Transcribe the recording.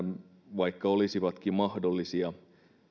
vaikka olisivatkin mahdollisia